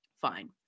Fine